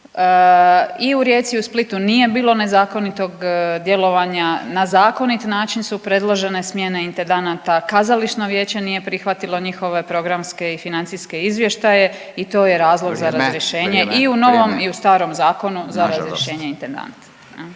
i u Rijeci i u Splitu nije bilo nezakonitog djelovanja, na zakonit način su predložene smjene intendanata, kazališno vijeće nije prihvatilo njihove programske i financijske izvještaje i to je razlog za …/Upadica Radin: Vrijeme, vrijeme, vrijeme./… razrješenje i u novom